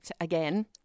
again